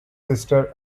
sister